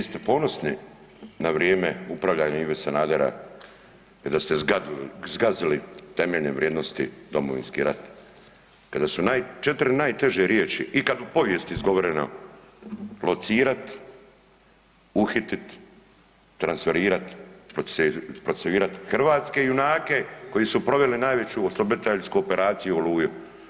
Vi ste ponosni na vrijeme upravljanja Ive Sanadera i da ste zgazili temeljne vrijednosti Domovinski rat, kada su četiri najteže riječi ikad u povijesti izgovorene locirat, uhitit, transferirat, procesuirat hrvatske junake koji su proveli najveću osloboditeljski operaciju Oluju.